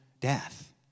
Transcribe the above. death